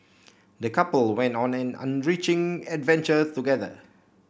the couple went on an enriching adventure together